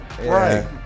right